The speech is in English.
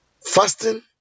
Fasting